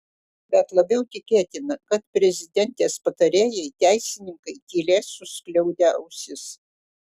bet labiau tikėtina kad prezidentės patarėjai teisininkai tylės suskliaudę ausis